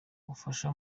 ubufasha